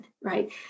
right